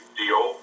deal